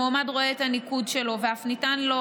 המועמד רואה את הניקוד שלו ואף ניתן לו